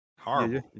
Horrible